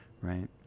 right